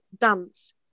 dance